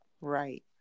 Right